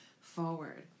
forward